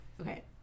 Okay